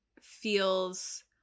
feels